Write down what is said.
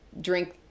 drink